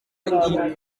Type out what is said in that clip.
iri